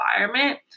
environment